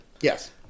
Yes